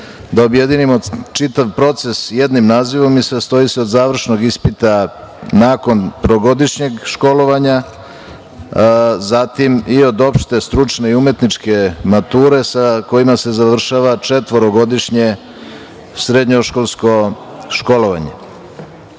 da objedinimo čitav proces jednim nazivom i sastoji se od završnog ispita nakon trogodišnjeg školovanja, zatim i od opšte, stručne i umetničke mature sa kojima se završava četvorogodišnje srednjoškolsko školovanje. Predviđeno